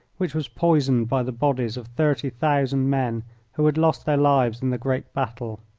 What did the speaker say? which was poisoned by the bodies of thirty thousand men who had lost their lives in the great battle.